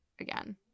again